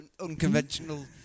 unconventional